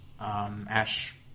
Ash